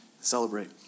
celebrate